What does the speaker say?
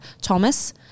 Thomas